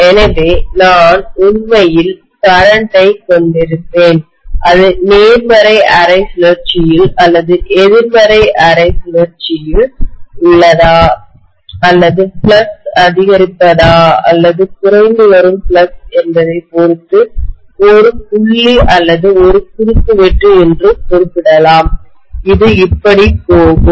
எனவே நான் உண்மையில் கரண்ட் ஐமின்னோட்டத்தைக் கொண்டிருப்பேன் அது நேர்மறை அரை சுழற்சியில் அல்லது எதிர்மறை அரை சுழற்சியில் உள்ளதா அல்லது ஃப்ளக்ஸ் அதிகரிப்பதா அல்லது குறைந்து வரும் ஃப்ளக்ஸ் என்பதைப் பொறுத்து ஒரு புள்ளி அல்லது ஒரு குறுக்குவெட்டு என்று குறிப்பிடலாம் அது இப்படி போகும்